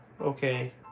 okay